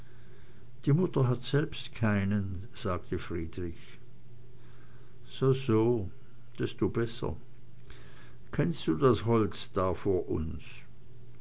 die mutter hat selbst keinen sagte friedrich so so desto besser kennst du das holz da vor uns